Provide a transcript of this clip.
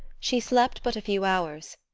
she slept but a few hours.